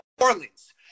Orleans